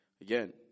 again